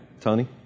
Tony